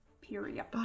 Period